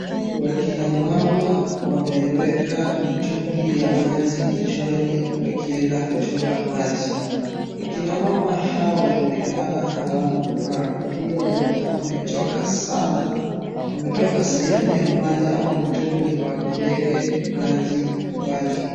Wakina mama wameweka mitungi ya maji kichwani wakieda kuchota maji. Akina mama hao wanaonekana hawana furaha kwa vile wanaonekana wamechoka sana. Wametoka sehemu ya maji ama mtoni wapeleke maji nyumbani.